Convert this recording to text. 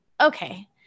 okay